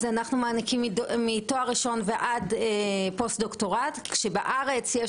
אנחנו מעניקים מתואר ראשון ועד פוסט דוקטורט כשבארץ יש